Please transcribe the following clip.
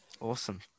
awesome